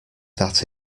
that